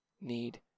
need